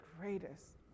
greatest